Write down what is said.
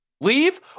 leave